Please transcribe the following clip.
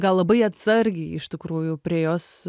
gal labai atsargiai iš tikrųjų prie jos